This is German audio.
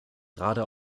gerade